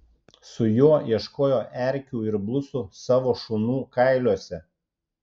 su juo ieškojo erkių ir blusų savo šunų kailiuose